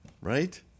Right